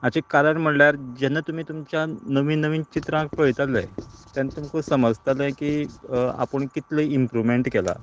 हाचें कारण म्हणल्यार जेन्ना तुमीं तुमच्या नवीन नवीन चित्रांक पळयतलें तेन्ना तुमकां समजतलें की आपूण कितलें इम्प्रूवमेंट केलां